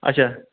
اچھا